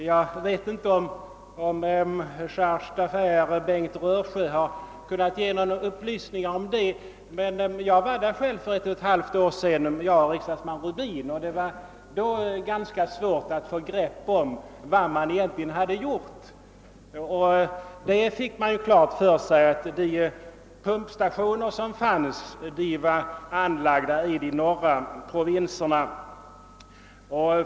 Jag vet inte om chargé d'affaires i Khartoum Bengt Rösiö har kunnat ge några uppgifter. Men jag var där nere själv för ett och ett halvt år sedan tillsammans med dåvarande riksdagsman Rubin, och vi fann att det var ganska svårt att få grepp om vad som egentligen hade gjorts. Vi fick emellertid klart för oss att de pumpstationer som fanns var uteslutande anlagda i de norra provinserna.